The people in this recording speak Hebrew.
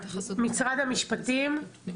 משרד המשפטים, הם